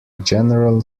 general